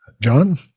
John